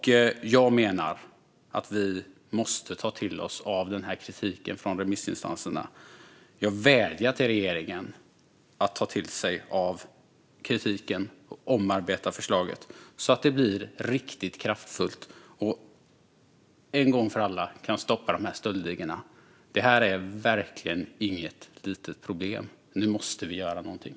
Jag menar att vi måste ta till oss kritiken från remissinstanserna. Jag vädjar till regeringen att ta till sig kritiken och omarbeta förslaget så att det blir riktigt kraftfullt och en gång för alla kan stoppa stöldligorna. Det här är verkligen inget litet problem. Nu måste vi göra någonting.